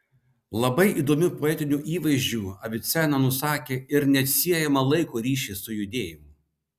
labai įdomiu poetiniu įvaizdžiu avicena nusakė ir neatsiejamą laiko ryšį su judėjimu